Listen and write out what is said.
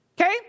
Okay